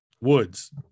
Woods